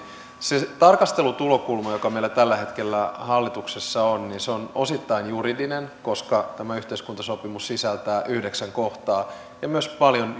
se se tarkastelutulokulma joka meillä tällä hetkellä hallituksessa on on osittain juridinen koska tämä yhteiskuntasopimus sisältää yhdeksän kohtaa ja myös paljon